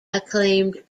acclaimed